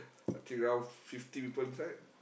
I think around fifty people inside